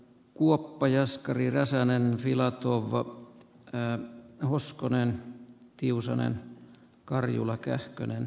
lopen ja oskari räsänen filatov vaati lisää hoskonen tiusanen herra puhemies